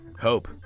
hope